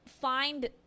find